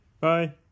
Bye